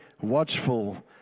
watchful